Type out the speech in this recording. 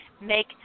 make